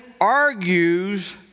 argues